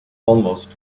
almost